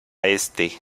este